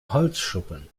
holzschuppen